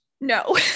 No